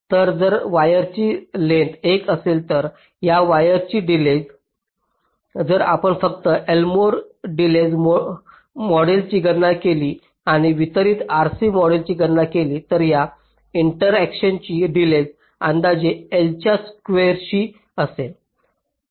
तर जर वायरची लेंग्थस l असेल तर या वायरची डिलेज जर आपण फक्त एल्मोर डिलेज मॉडेलची गणना केली आणि वितरित RC मॉडेलची गणना केली तर या इंटरकनेक्शनची डिलेज अंदाजे L च्या स्क्वेअर शी असेल